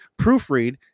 proofread